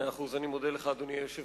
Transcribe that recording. מאה אחוז, אני מודה לך, אדוני היושב-ראש.